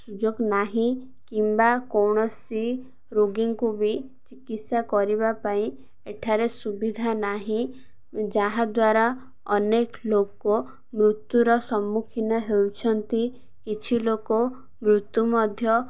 ସୁଯୋଗ ନାହିଁ କିମ୍ବା କୌଣସି ରୋଗୀଙ୍କୁ ବି ଚିକିତ୍ସା କରିବା ପାଇଁ ଏଠାରେ ସୁବିଧା ନାହିଁ ଯାହାଦ୍ୱାରା ଅନେକ ଲୋକ ମୃତ୍ୟୁର ସମ୍ମୁଖୀନ ହେଉଛନ୍ତି କିଛି ଲୋକ ମୃତ୍ୟୁ ମଧ୍ୟ